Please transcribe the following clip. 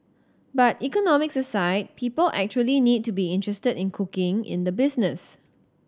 but economics aside people actually need to be interested in cooking in the business